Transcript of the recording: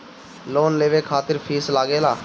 Loan लेवे खातिर fees लागेला?